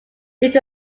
was